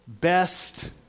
best